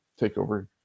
TakeOver